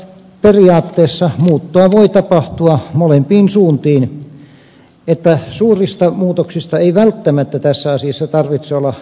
periaatteessa muuttoa voi tapahtua molempiin suuntiin joten suurista muutoksista ei välttämättä tässä asiassa tarvitse olla kyse